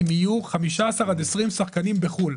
אם יהיו 15 עד 20 שחקנים בחו"ל.